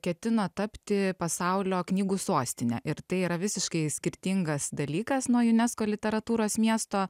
ketina tapti pasaulio knygų sostine ir tai yra visiškai skirtingas dalykas nuo junesko literatūros miesto